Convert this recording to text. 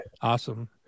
Awesome